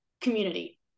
community